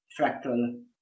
fractal